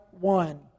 one